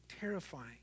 terrifying